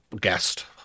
guest